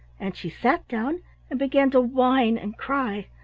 and she sat down and began to whine and cry.